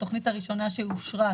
התוכנית הראשונה שאושרה,